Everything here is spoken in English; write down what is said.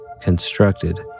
constructed